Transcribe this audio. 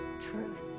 truth